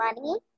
money